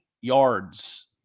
yards